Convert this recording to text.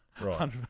Right